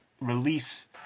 release